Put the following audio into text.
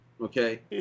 Okay